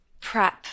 prep